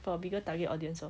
for a bigger target audience lor